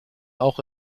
auch